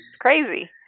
Crazy